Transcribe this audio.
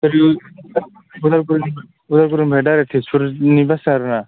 ओरै उदालगुरिनिफ्राय दायरेक्ट थेजपुरनि बास आरोना